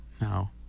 no